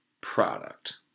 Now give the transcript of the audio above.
product